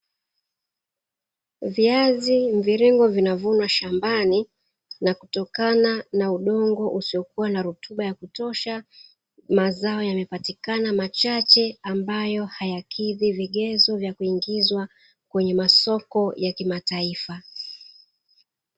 Viazi mviringo vinavunwa shambani na kutokana na udongo usiokuwa na rutuba ya kutosha, mazao yamepatikana machache ambayo hayakidhi vigezo vya kuingizwa kwenye masoko ya kimataifa.